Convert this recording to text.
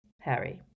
Harry